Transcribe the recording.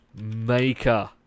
Maker